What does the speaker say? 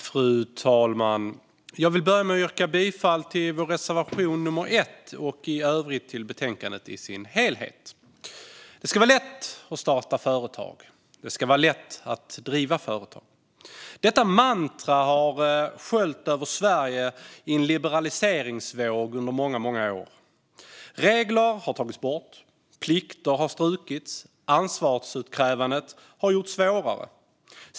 Fru talman! Jag vill börja med att yrka bifall till vår reservation nummer 1. I övrigt yrkar jag bifall till utskottets förslag i betänkandet. Det ska vara lätt att starta företag. Det ska vara lätt att driva företag. Detta mantra har sköljt över Sverige i en liberaliseringsvåg under många, många år. Regler har tagits bort. Plikter har strukits. Ansvarsutkrävandet har gjorts svårare.